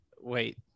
Wait